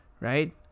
right